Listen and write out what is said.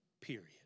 Period